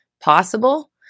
possible